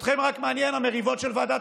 אתכם מעניינות רק המריבות של ועדת